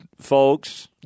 folks